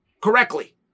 correctly